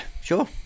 sure